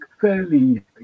fairly